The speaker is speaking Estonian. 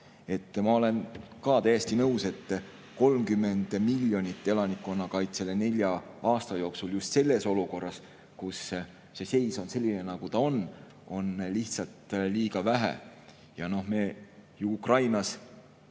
Ma olen ka täiesti nõus, et 30 miljonit elanikkonnakaitsele nelja aasta jooksul just selles olukorras, nagu see seis on, on lihtsalt liiga vähe. Me ju Ukrainas